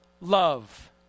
love